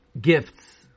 gifts